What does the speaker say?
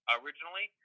originally